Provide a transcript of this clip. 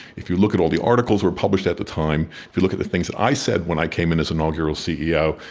if you look at all the articles that were published at the time, if you look at the things that i said when i came in as inaugural ceo,